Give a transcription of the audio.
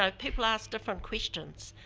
um people ask different questions,